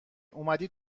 اومدی